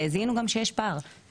זיהנו גם שיש פער,